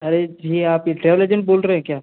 अरे ये आप ये ट्रेवल एजेंट बोल रहे हैं क्या